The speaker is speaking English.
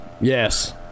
Yes